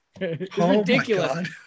Ridiculous